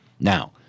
Now